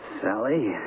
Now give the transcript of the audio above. Sally